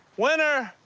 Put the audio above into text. winner!